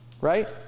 Right